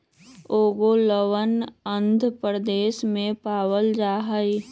ओंगोलवन आंध्र प्रदेश में पावल जाहई